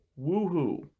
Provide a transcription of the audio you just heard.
woohoo